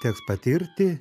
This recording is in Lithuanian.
teks patirti